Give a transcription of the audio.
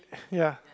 ya